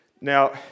Now